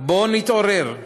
בואו נתעורר,